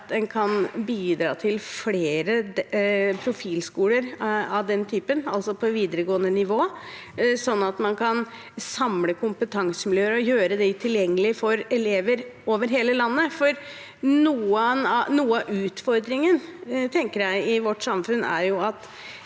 at en kan bidra til flere profilskoler av den typen på videregående nivå, slik at man kan samle kompetansemiljøer og gjøre dem tilgjengelige for elever over hele landet? Noe av utfordringen i vårt samfunn,